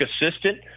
assistant